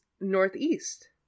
northeast